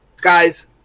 Guys